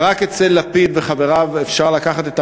אבל רק אצל לפיד וחבריו אפשר לקחת את